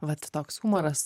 vat toks humoras